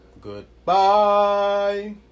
Goodbye